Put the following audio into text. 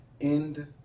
end